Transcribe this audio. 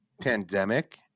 pandemic